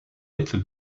little